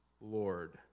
Lord